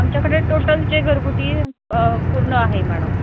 आमच्याकडे टोटल जे घरगुती पूर्ण आहे मॅडम